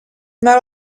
not